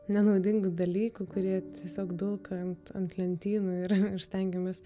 nenaudingų dalykų kurie tiesiog dulka ant ant lentynų ir ir stengiamės